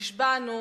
נשבענו